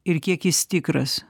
ir kiek jis tikras